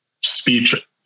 speech